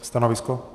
Stanovisko?